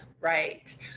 right